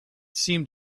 seemed